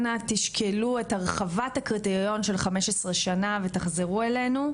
אנא תשקלו את הרחבת הקריטריון של 15 שנים ותחזרו אלינו,